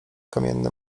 kamienny